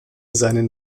seinen